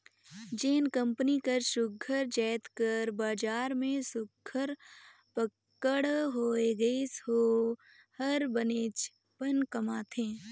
जेन कंपनी कर सुग्घर जाएत कर बजार में सुघर पकड़ होए गइस ओ हर बनेचपन कमाथे